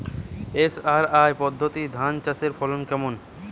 SRI পদ্ধতি ধান চাষের ফলন কেমন?